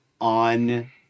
on